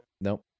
Nope